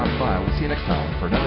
we'll see you next time for